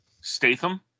Statham